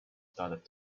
started